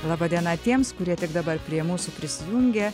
laba diena tiems kurie tik dabar prie mūsų prisijungė